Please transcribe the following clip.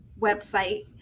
website